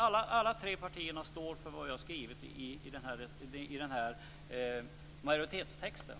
Alla tre partier står för det som har skrivits i majoritetstexten.